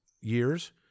years